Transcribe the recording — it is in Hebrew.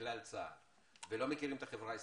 לכלל צה"ל ולא מכירים את החברה הישראלית,